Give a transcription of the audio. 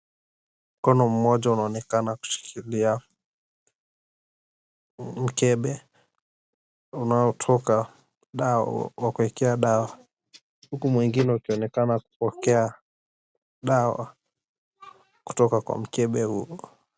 Mkono mmoja unaonekana kushikilia mkebe unaotoka dawa wa kuwekea dawa, huku mwingine ukionekana kupokea dawa kutoka kwa mkebe huo.